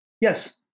Yes